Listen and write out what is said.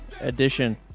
edition